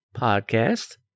Podcast